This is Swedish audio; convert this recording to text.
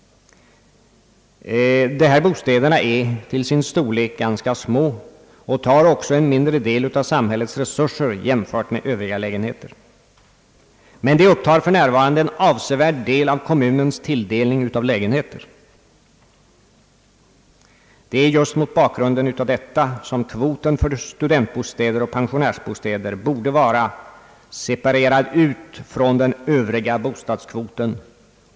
De är till sin storlek ganska små och tar också i anspråk en mindre del av samhällets resurser jämfört med övriga lägenheter. Men de upptar för närvarande en avsevärd del av kommunens tilldelning av lägenheter. Det är just mot bakgrunden av detta som kvoten för pensionärsoch studentbostäder borde vara separerad ut från den övriga bostadskvoten.